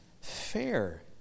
fair